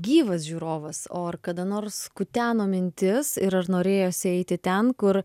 gyvas žiūrovas o ar kada nors kuteno mintis ir ar norėjosi eiti ten kur